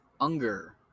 Unger